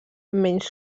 menys